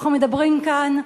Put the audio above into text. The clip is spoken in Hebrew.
אנחנו מדברים כאן,